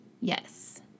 Yes